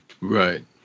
Right